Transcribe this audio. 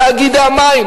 תאגידי המים.